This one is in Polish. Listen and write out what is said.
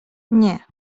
nie